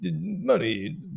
money